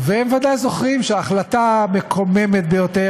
והם ודאי זוכרים שההחלטה המקוממת ביותר,